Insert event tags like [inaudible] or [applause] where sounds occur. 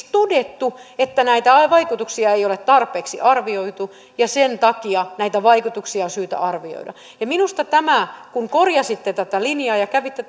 [unintelligible] todettu että näitä vaikutuksia ei ole tarpeeksi arvioitu ja sen takia näitä vaikutuksia on syytä arvioida minusta kun korjasitte tätä linjaa ja kävitte [unintelligible]